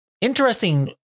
interesting